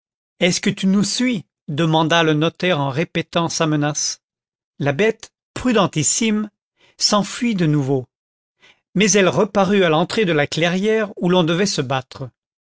est-ce que tu nous suis demanda le notaire en répétant sa menace la bête prudentissime s'enfuit de nouveau mais elle reparut à l'entrée de la clairière où l'on devait se battre